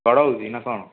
ବଡ଼ ହେଉଛି ନା କ'ଣ